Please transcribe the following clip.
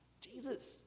Jesus